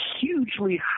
hugely